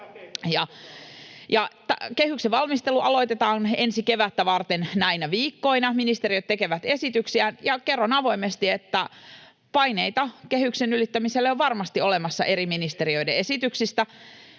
Kehyksen valmistelu aloitetaan ensi kevättä varten näinä viikkoina. Ministeriöt tekevät esityksiään, ja kerron avoimesti, että paineita kehyksen ylittämiselle on varmasti olemassa eri ministeriöiden esityksistä.